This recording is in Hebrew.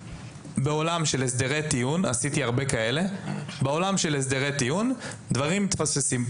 בעולם של הסדרי טיעון עשיתי הרבה כאלה דברים מתפספסים.